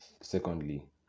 secondly